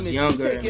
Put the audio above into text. younger